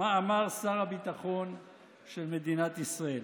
מה אמר שר הביטחון של מדינת ישראל.